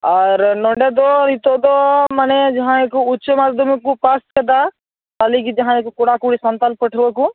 ᱟᱨ ᱱᱚᱰᱮ ᱫᱚ ᱱᱤᱛᱳᱜ ᱫᱚ ᱢᱟᱱᱮ ᱡᱟᱦᱟᱸᱭ ᱠᱚ ᱩᱪᱪᱚ ᱢᱟᱫᱷᱚᱢᱤᱠ ᱠᱚ ᱯᱟᱥ ᱟᱠᱟᱫᱟ ᱦᱟᱞᱤᱜᱮ ᱡᱟᱦᱟᱸᱭ ᱠᱚᱲᱟ ᱠᱩᱲᱤ ᱥᱟᱱᱛᱟᱲ ᱯᱟᱹᱴᱷᱩᱭᱟᱹ ᱠᱚ